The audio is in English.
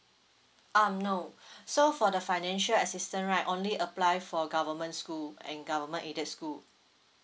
um no so for the financial assistance right only apply for government school and government aided school